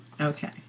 Okay